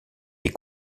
les